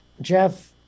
Jeff